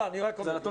אני רק אומר.